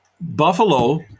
Buffalo